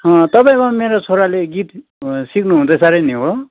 तपाईँकोमा मेरो छोराले गित सिक्नु हुदैँछ अरे नि हो